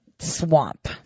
swamp